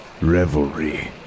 Revelry